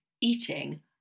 eating